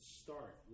start